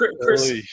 Chris